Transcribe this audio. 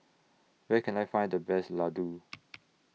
Where Can I Find The Best Ladoo